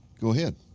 go ahead.